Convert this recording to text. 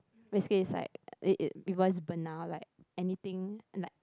risky side it it involves burn out like anything like